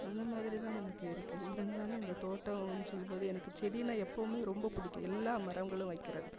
அந்த மாதிரி தான் எனக்கு இருக்கு இருந்தாலும் இந்த தோட்டோன்னு சொல்லும்போது எனக்கு செடின்னா எப்போவுமே ரொம்ப பிடிக்கும் எல்லாம் மரங்களும் வைக்கிறதுக்கு